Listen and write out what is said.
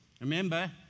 Remember